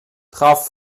traf